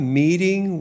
meeting